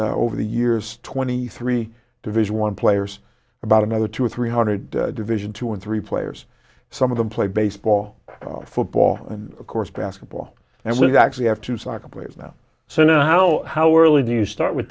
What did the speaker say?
over the years twenty three division one players about another two or three hundred division two and three players some of them play baseball football and of course basketball and we've actually have two soccer players now so now how early do you start with